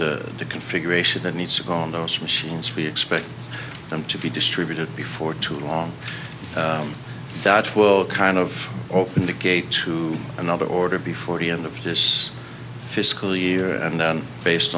of the configuration that needs to go on those machines we expect them to be distributed before too long that will kind of opened the gate to another order before the end of this fiscal year and then based